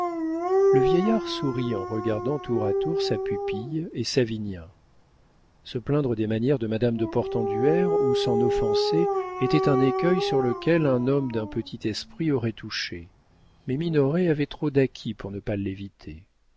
le vieillard sourit en regardant tour à tour sa pupille et savinien se plaindre des manières de madame de portenduère ou s'en offenser était un écueil sur lequel un homme d'un petit esprit aurait touché mais minoret avait trop d'acquis pour ne pas l'éviter